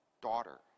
daughter